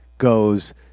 goes